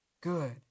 good